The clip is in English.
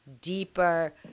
deeper